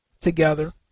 together